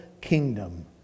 kingdom